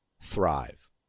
thrive